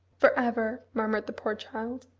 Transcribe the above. for ever! murmured the poor child.